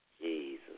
Jesus